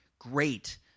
great